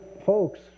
Folks